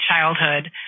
childhood